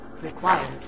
required